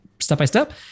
step-by-step